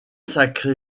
sacré